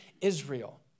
Israel